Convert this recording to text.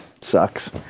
Sucks